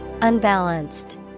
Unbalanced